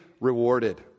rewarded